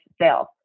sales